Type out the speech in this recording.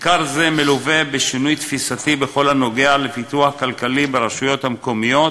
מחקר זה מלווה בשינוי תפיסתי בכל הקשור לפיתוח כלכלי ברשויות המקומיות